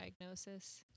diagnosis